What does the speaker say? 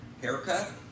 haircut